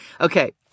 Okay